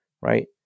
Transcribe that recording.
right